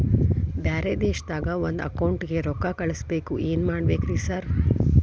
ಬ್ಯಾರೆ ದೇಶದಾಗ ಒಂದ್ ಅಕೌಂಟ್ ಗೆ ರೊಕ್ಕಾ ಕಳ್ಸ್ ಬೇಕು ಏನ್ ಮಾಡ್ಬೇಕ್ರಿ ಸರ್?